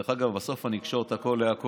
דרך אגב, בסוף אני אקשור את הכול להכול.